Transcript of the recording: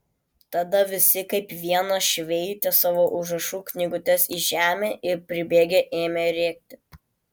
tada visi kaip vienas šveitė savo užrašų knygutes į žemę ir pribėgę ėmė rėkti